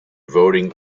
voting